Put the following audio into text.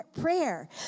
prayer